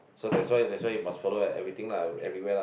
so that's why that's why you must follow eh everything lah everywhere lah